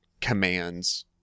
commands